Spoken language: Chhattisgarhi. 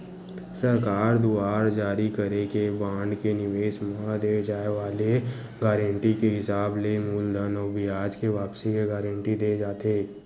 सरकार दुवार जारी करे के बांड के निवेस म दे जाय वाले गारंटी के हिसाब ले मूलधन अउ बियाज के वापसी के गांरटी देय जाथे